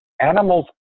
Animals